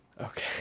okay